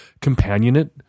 companionate